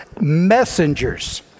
Messengers